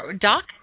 Doc